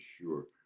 sure